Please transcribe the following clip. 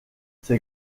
ces